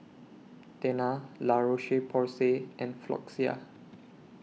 Tena La Roche Porsay and Floxia